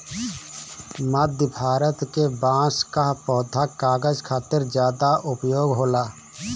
मध्य भारत के बांस कअ पौधा कागज खातिर ज्यादा उपयोग होला